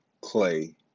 Clay